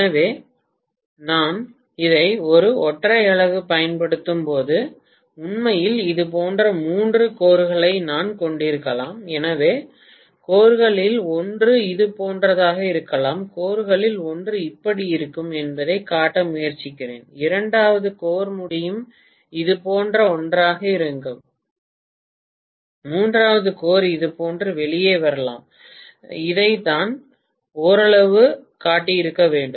எனவே நான் இதை ஒரு ஒற்றை அலகு பயன்படுத்தும் போது உண்மையில் இது போன்ற மூன்று கோர்களை நான் கொண்டிருக்கலாம் எனவே கோர்களில் ஒன்று இது போன்றதாக இருக்கலாம் கோர்களில் ஒன்று எப்படி இருக்கும் என்பதைக் காட்ட முயற்சிக்கிறேன் இரண்டாவது கோர் முடியும் இதுபோன்ற ஒன்றாக இருங்கள் மூன்றாவது கோர் இதுபோன்று வெளியே வரலாம் இதை நான் ஓரளவு காட்டியிருக்க வேண்டும்